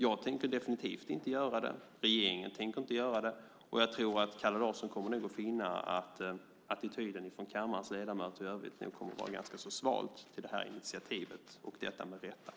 Jag tänker definitivt inte göra det, regeringen tänker inte göra det, och jag tror att Kalle Larsson kommer att finna att attityden från kammarens ledamöter i övrigt kommer att vara ganska sval till detta initiativ och det med rätta.